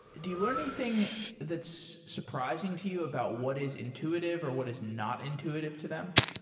do you learn anything that's surprising to you about what is intuitive or what is not intuitive to them?